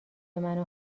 منو